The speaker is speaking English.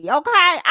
okay